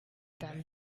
then